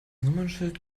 nummernschild